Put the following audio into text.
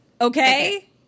Okay